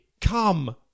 Come